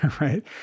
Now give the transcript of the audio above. right